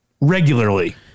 Regularly